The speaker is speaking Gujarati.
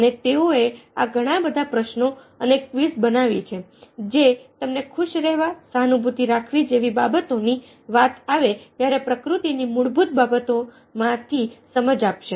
અને તેઓએ આ ઘણા બધા પ્રશ્નો અને ક્વિઝ બનાવી છે જે તમને ખુશ રહેવા સહાનુભૂતિ રાખવા જેવી બાબતોની વાત આવે ત્યારે પ્રકૃતિની મૂળભૂત બાબતોમાં થી સમજ આપશે